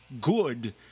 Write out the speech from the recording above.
good